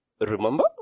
remember